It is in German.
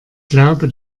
glaube